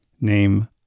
Name